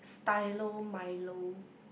stylo milo